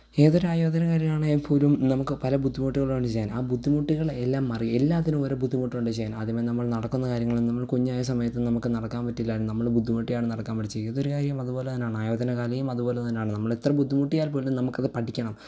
ഏതൊരു ആയോധനകലയാണേൽ പോലും നമുക്ക് പല ബുദ്ധിമുട്ടുകളുണ്ട് ചെയ്യാൻ ആ ബുദ്ധിമുട്ടുകളെ എല്ലാമറിയാൻ എല്ലാറ്റിനും ഓരോ ബുദ്ധിമുട്ടുണ്ട് ചെയ്യാൻ ആദ്യമേ നമ്മൾ നടക്കുന്ന കാര്യങ്ങൾ നമ്മൾ കുഞ്ഞായ സമയത്തു നമുക്ക് നടക്കാൻ പറ്റില്ലായിരുന്നു നമ്മൾ ബുദ്ധിമുട്ടിയാണ് നടക്കാൻ പഠിച്ചത് ഏതൊരു കാര്യവും അതു പോലെ തന്നെയാണ് ആയോധനകലയും അതുപോലെ തന്നെയാണ് നമ്മളെത്ര ബുദ്ധിമുട്ടിയാൽ പോലും നമുക്കത് പഠിക്കണം